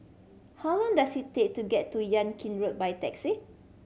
how long does it take to get to Yan Kit Road by taxi